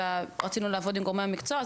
אלא רצינו לעבוד עם גורמי המקצוע.